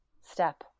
step